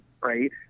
right